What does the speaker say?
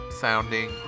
sounding